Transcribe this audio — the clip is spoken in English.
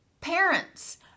parents